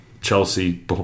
Chelsea